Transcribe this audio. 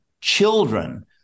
children